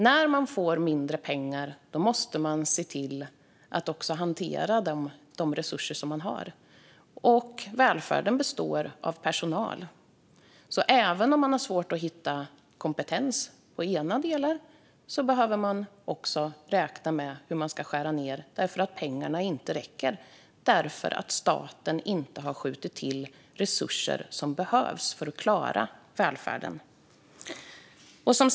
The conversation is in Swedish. När man får mindre pengar måste man se till att hantera de resurser som man har, och välfärden består av personal. Även om man har svårt att hitta kompetens i vissa delar behöver man räkna på hur man ska skära ned. Pengarna räcker nämligen inte, eftersom staten inte har skjutit till de resurser som behövs för att man ska klara välfärden.